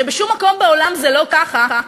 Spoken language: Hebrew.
שבשום מקום בעולם זה לא ככה,